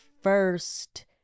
first